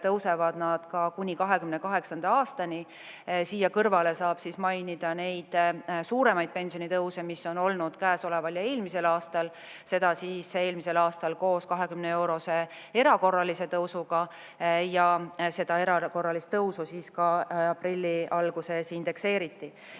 tõusevad need ka kuni 2028. aastani. Siia kõrvale saab mainida neid suuremaid pensionitõuse, mis on olnud käesoleval ja eelmisel aastal: eelmisel aastal koos 20-eurose erakorralise tõusuga ja seda erakorralist tõusu aprilli alguses ka indekseeriti.